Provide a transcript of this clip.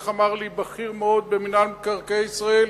איך אמר לי בכיר מאוד במינהל מקרקעי ישראל,